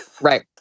Right